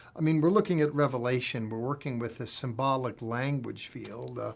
i mean, we're looking at revelation. we're working with a symbolic language field.